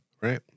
Right